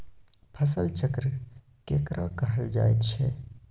फसल चक्र केकरा कहल जायत छै?